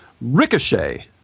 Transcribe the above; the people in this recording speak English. Ricochet